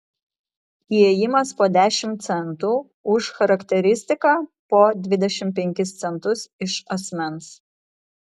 įėjimas po dešimt centų už charakteristiką po dvidešimt penkis centus iš asmens